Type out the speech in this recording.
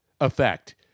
effect